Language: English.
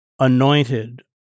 anointed